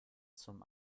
zum